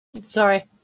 sorry